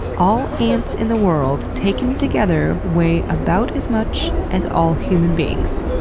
all ants in the world taken together weigh about as much as all human beings.